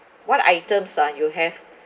what items ah you have